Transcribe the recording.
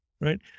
right